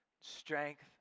strength